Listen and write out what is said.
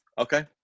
Okay